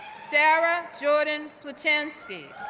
sarah jordan plachinski,